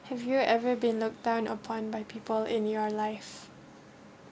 have you ever been looked down upon by people in your life